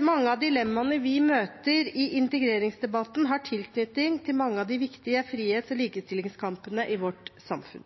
Mange av dilemmaene vi møter i integreringsdebatten, har tilknytning til mange av de viktige frihets- og likestillingskampene i vårt samfunn,